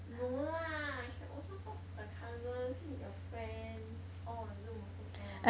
no lah can also talk to the cousins meet your friends all on Zoom also can [one]